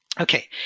okay